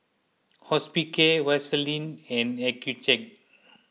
Hospicare Vaselin and Accucheck